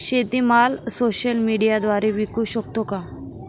शेतीमाल सोशल मीडियाद्वारे विकू शकतो का?